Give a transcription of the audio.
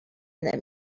that